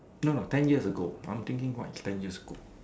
no no ten years ago I'm thinking what S ten years ago